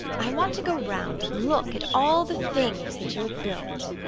i want to go round and look at all the things that you have built.